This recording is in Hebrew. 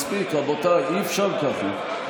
מספיק, רבותיי, אי-אפשר ככה.